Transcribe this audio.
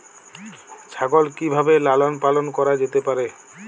ছাগল কি ভাবে লালন পালন করা যেতে পারে?